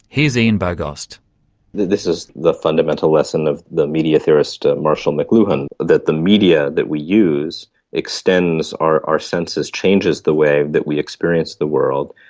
ian bogost this is the fundamental lesson of the media theorist marshall mcluhan, that the media that we use extends our our senses, changes the way that we experience the world,